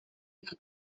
nka